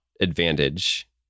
advantage